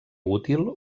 útil